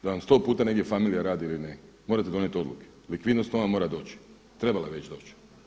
Da vam sto puta negdje familija radi ili ne morate donijet odluke, likvidnost ona mora doći, trebala je već doći.